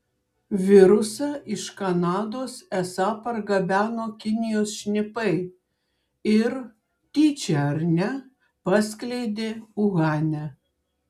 virusą iš kanados esą pargabeno kinijos šnipai ir tyčia ar ne paskleidė uhane